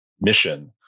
mission